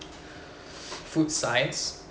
food science